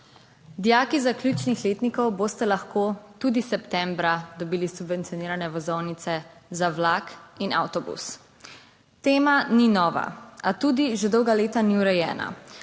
Dijaki zaključnih letnikov boste lahko tudi septembra dobili subvencionirane vozovnice za vlak in avtobus. Tema ni nova, a tudi že dolga leta ni urejena.